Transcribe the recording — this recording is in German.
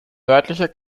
nördlicher